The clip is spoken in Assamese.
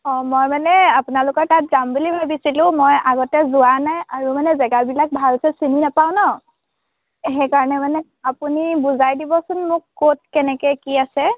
অঁ মই মানে আপোনালোকৰ তাত যাম বুলি ভাবিছিলোঁ মই আগতে যোৱা নাই আৰু মানে জেগাবিলাক ভালকৈ চিনি নাপাওঁ ন সেইকাৰণে মানে আপুনি বুজাই দিবচোন মোক ক'ত কেনেকৈ কি আছে